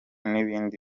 n’ibindi